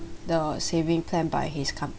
the saving plan by his company